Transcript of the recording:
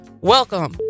welcome